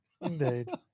indeed